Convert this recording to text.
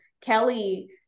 Kelly